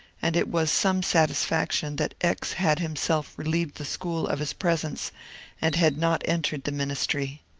and it was some satisfaction that x. had himself relieved the school of his presence and had not entered the ministry.